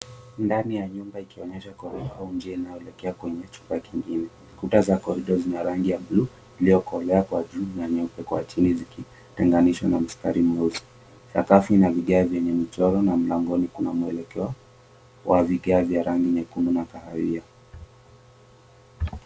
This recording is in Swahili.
Ndani ya nyumba ikionyesha kwa uwepo wa njia inayoelekea kwenye chumba kingine. Kuta za corridor zina rangi ya buluu iliyokolea kwa juu na nyeupe kwa chini zikitenganishwa na mstari mweusi. Sakafu ina vigae vyenye michoro na mlangoni pana mwelekeo wa vigae vya rangi nyekundu na kahawia.